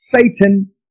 Satan